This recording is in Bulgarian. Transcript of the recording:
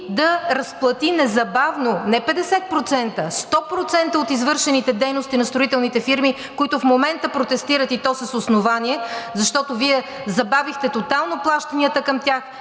да разплати незабавно, не 50%, а 100% от извършените дейности на строителните фирми, които в момента протестират, и то с основание, защото Вие забавихте тотално плащанията към тях.